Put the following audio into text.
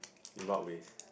in what ways